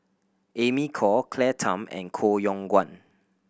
Amy Khor Claire Tham and Koh Yong Guan